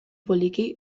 poliki